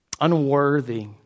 Unworthy